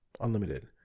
Unlimited